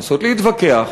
לנסות להתווכח,